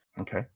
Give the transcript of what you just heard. Okay